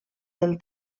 del